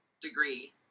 degree